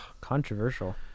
Controversial